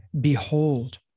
Behold